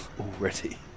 already